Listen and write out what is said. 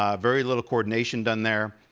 ah very little coordination done there.